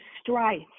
strife